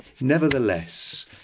Nevertheless